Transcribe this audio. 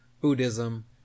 Buddhism